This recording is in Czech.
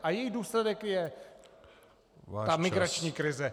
A její důsledek je ta migrační krize.